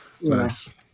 Nice